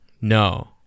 no